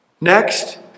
Next